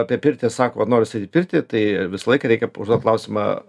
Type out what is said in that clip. apie pirtį sako vat noriu statyt pirtį tai visą laiką reikia užduot klausimą